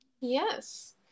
Yes